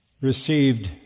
received